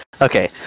Okay